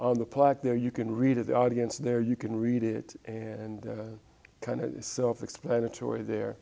on the plaque there you can read to the audience there you can read it and kind of self explanatory there